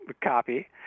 copy